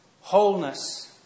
wholeness